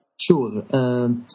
Sure